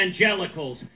evangelicals